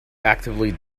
actively